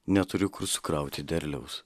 neturiu kur sukrauti derliaus